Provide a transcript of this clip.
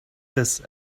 this